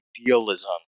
idealism